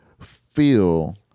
feel